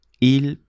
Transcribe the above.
Il